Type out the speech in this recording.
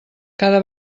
cada